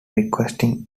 requesting